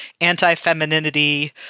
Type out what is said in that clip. anti-femininity